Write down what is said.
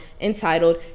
entitled